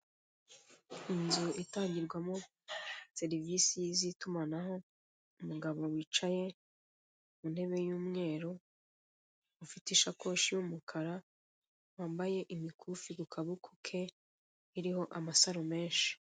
Inzu itangirwamo serivise z'itumanaho, umugabo wicaye ku ntebe y'umweru ufite ishakoshi y'umukara wambaye imikufi ku kaboko ke iriho amasaro menshi.